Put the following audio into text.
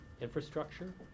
infrastructure